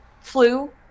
flu